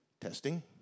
Testing